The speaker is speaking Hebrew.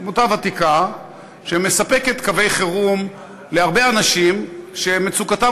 עמותה ותיקה שמספקת קווי חירום להרבה אנשים שמצוקתם